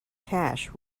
cash